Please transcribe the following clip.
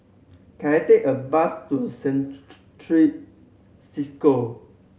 can I take a bus to Cisco